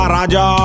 Raja